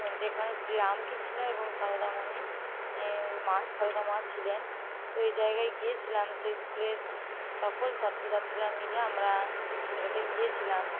যেখানে শ্রীরামকৃষ্ণ এবং সারদামণি মা সারদা মা ছিলেন তো এই জায়গায় গিয়েছিলাম তো ইস্কুলের সকল ছাত্র ছাত্রীরা মিলে আমরা সেটাতে গিয়েছিলাম